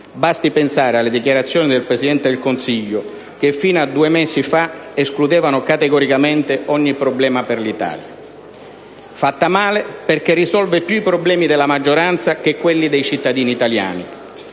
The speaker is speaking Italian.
Basti pensare alle dichiarazioni del Presidente del Consiglio che, fino a due mesi fa, escludevano categoricamente ogni problema per l'Italia. Fatta male, perché risolve più i problemi della maggioranza che quelli dei cittadini italiani.